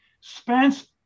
Spence